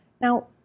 Now